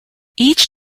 each